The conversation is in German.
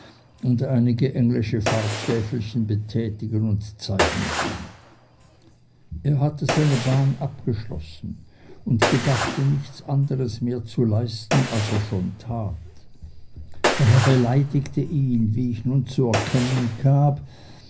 und einige englische farbentäfelchen betätigen und zeigen könne er hatte seine bahn abgeschlossen und gedachte nichts anderes mehr zu leisten als er schon tat daher beleidigte ihn wie ich nun zu erkennen gab